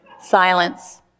silence